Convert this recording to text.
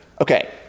Okay